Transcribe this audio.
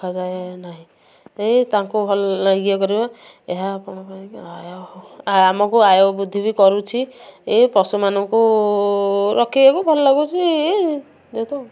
ଏଇ ତାଙ୍କୁ ଇଏ କରିବ ଏହା ଆପଣଙ୍କ ପାଇଁ ଆମକୁ ଆୟ ବୃଦ୍ଧି ବି କରୁଛି ଏ ପଶୁମାନଙ୍କୁ ରଖିବାକୁ ଭଲ ଲାଗୁଛି ଯେହେତୁ